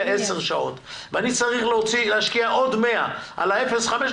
10 שעות ואני צריך להשקיע עוד 100 על ה-0.5%,